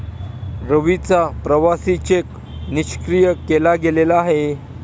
रवीचा प्रवासी चेक निष्क्रिय केला गेलेला आहे